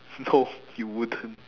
no you wouldn't